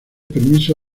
permiso